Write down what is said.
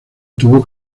tuvo